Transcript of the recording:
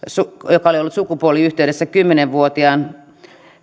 joka oli ollut sukupuoliyhteydessä kymmenen vuotiaan